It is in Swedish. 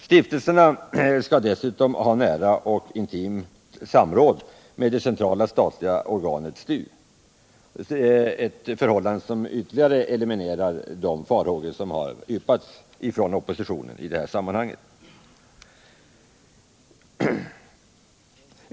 Stiftelserna skall dessutom ha nära och intimt samråd med det centrala statliga organet STU, ett förhållande som ytterligare eliminerar de risker som oppositionen i detta sammanhang yppat farhågor om.